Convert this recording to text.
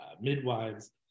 midwives